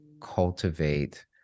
cultivate